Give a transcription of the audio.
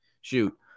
shoot